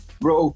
bro